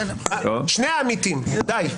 שני ה"עמיתים", די.